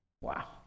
Wow